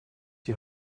die